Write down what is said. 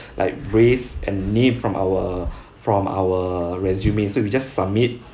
like race and name from our from our resumes so we just submit